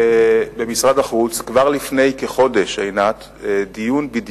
כבר לפני חודש התקיים במשרד החוץ,